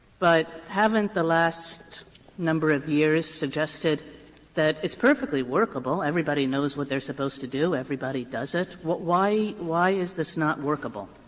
but haven't the last number of years suggested that it's perfectly workable? everybody knows what they are supposed to do, everybody does it. why why is this not workable?